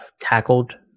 tackled